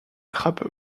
trappe